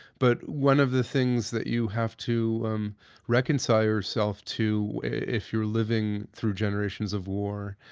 but one of the things that you have to um reconcile yourself to if you're living through generations of war,